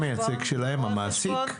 מי המייצג שלהם, המעסיק?